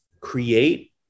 create